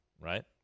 right